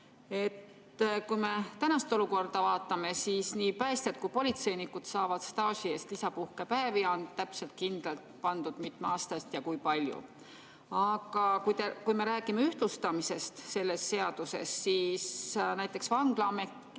Kui me tänast olukorda vaatame, siis nii päästjad kui ka politseinikud saavad staaži eest lisapuhkepäevi. On täpselt [kirja] pandud, mitme aasta eest ja kui palju. Aga kui me räägime ühtlustamisest selles seaduses, siis näiteks vanglaametnikud